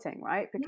right